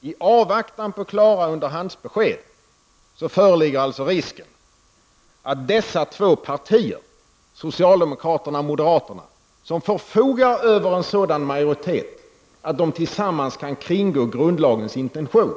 I avvaktan på klara underhandsbesked föreligger risken att dessa två partier -- socialdemokraterna och moderaterna -- som förfogar över en majoritet av den styrkan att de tillsammans kan kringgå grundlagens intentioner